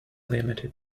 limited